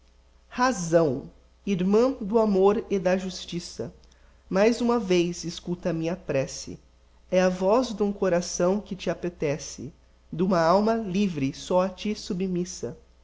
razão irmã do amor e da justiça mais uma vez escuta a minha prece é a voz d'um coração que te appetece d'uma alma livre só a ti submissa